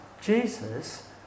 Jesus